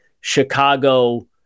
Chicago